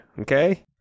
Okay